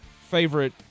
favorite